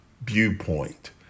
viewpoint